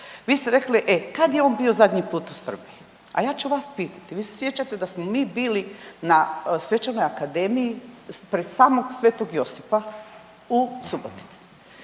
Vi ste rekli: „E kada je on bio zadnji put u Srbiji?“ A ja ću vas pitati, vi se sjećate da smo mi bili na Svečanoj akademiji pred samog Sv. Josipa u Subotici